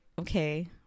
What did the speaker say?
okay